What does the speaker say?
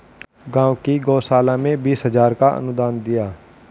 गांव की गौशाला में बीस हजार का अनुदान दिया